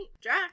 Jack